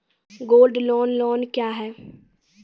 Gold loan loan क्या हैं?